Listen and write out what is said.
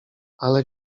ale